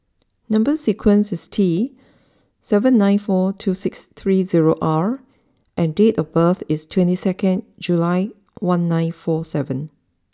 number sequence is T seven nine four two six three zero R and date of birth is twenty second July one nine four seven